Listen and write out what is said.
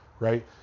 Right